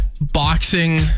boxing